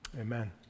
Amen